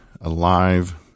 alive